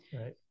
Right